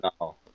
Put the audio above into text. No